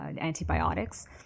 antibiotics